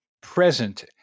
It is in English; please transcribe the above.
present